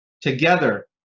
together